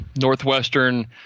Northwestern